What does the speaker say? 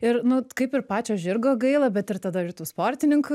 ir nu kaip ir pačio žirgo gaila bet ir tada ir tų sportininkų